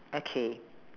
okay